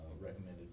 recommended